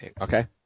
Okay